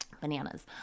bananas